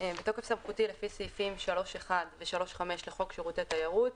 בתוקף סמכותי לפי סעיפים 3(1) ו-3(5) לחוק שירותי תיירות,